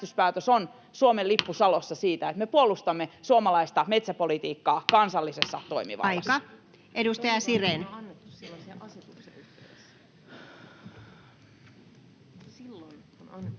on Suomen lippu salossa siinä, että me puolustamme suomalaista metsäpolitiikkaa kansallisessa toimivallassa. Aika. — Edustaja Sirén.